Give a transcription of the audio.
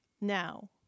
now